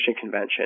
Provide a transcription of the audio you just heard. Convention